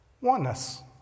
oneness